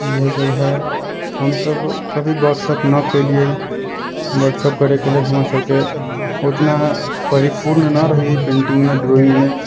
इहे सब है हमसब कभी वर्कशाप ना कयलियै वर्कशाप करय के लेल हमरा सबके उतना परिपूर्ण ना रही पेंटिंग मे ड्रॉइंग मे